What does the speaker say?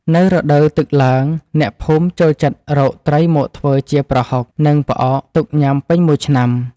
នៅរដូវទឹកឡើង អ្នកភូមិចូលចិត្តរកត្រីមកធ្វើជាប្រហុក និងផ្អកទុកញ៉ាំពេញមួយឆ្នាំ។